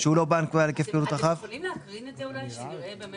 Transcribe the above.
אתם יכולים להקרין את זה כדי שנראה?